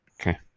okay